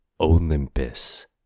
Olympus